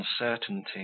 uncertainty